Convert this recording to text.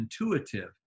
intuitive